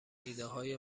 ایدههای